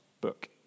book